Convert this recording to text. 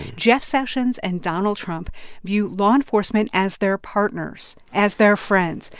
jeff sessions and donald trump view law enforcement as their partners, as their friends,